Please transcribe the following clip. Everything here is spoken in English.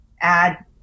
add